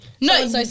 No